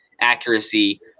accuracy